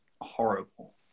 horrible